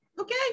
okay